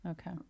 Okay